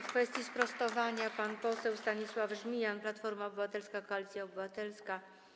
W kwestii sprostowania pan poseł Stanisław Żmijan, Platforma Obywatelska - Koalicja Obywatelska.